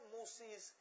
Moses